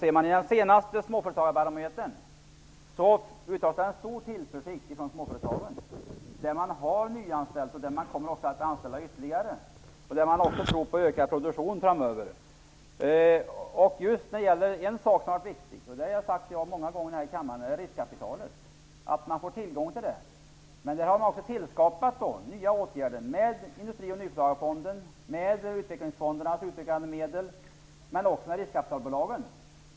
I den senaste småföretagarbarometern uttalas en stor tillförsikt, och det framgår att småföretagen har nyanställt och kommer att anställa ytterligare. De tror också på ökad produktion framöver. En sak som är viktig, som jag har nämnt många gånger här i kammaren, är riskkapitalet. Företagen måste få tillgång till det. Det har tillskapats nya åtgärder, med Industri och nyföretagarfonden, med Utvecklingsfondernas medel och med riskkapitalbolagen.